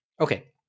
Okay